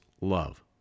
love